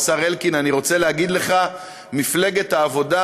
השר אלקין, אני רוצה להגיד לך, מפלגת העבודה,